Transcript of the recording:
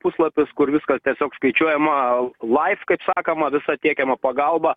puslapis kur viskas tiesiog skaičiuojamą laif kaip sakoma visa tiekiama pagalba